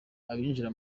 abinjira